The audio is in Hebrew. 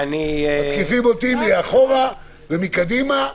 מתקיפים אותי מאחורה ומקדימה.